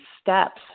steps